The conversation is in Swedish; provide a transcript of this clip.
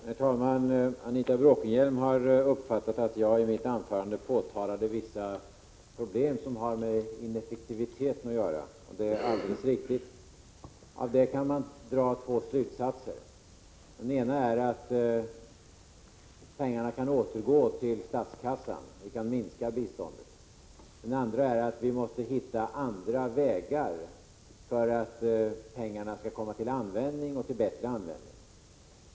Herr talman! Anita Bråkenhielm har uppfattat att jag i mitt anförande påtalade vissa problem som har med ineffektiviteten att göra, och det är alldeles riktigt. Av det kan man dra två slutsatser. Den ena är att pengarna kan återgå till statskassan och att vi därigenom kan minska biståndet. Den andra är att vi måste hitta andra vägar för att pengarna skall komma till bättre användning.